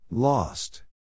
Lost